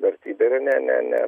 vertybė yra ne ne ne